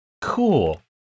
Cool